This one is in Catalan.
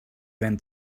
ben